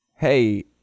hey